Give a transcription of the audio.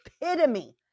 epitome